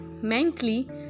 mentally